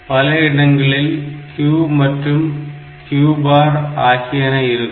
பல இடங்களில் Q மற்றும் Q பார் ஆகியன இருக்கும்